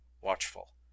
watchful